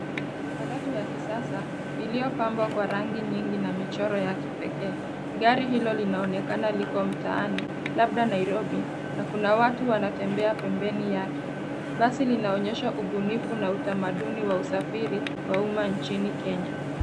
Matatu ya kisasa iliyopambwa kwa rangi nyingi na michoro ya kipeke. Gari hilo linaonekana liko mtaani labda Nairobi na kuna watu wanatembea pembeni yake. Basi linaonyesha ubunifu na utamaduni wa usafiri wa umma nchini Kenya.